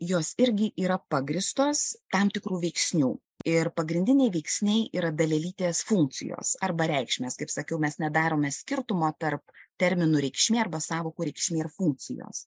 jos irgi yra pagrįstos tam tikrų veiksnių ir pagrindiniai veiksniai yra dalelytės funkcijos arba reikšmės kaip sakiau mes nedarome skirtumo tarp terminų reikšmė arba sąvokų reikšmė ar funkcijos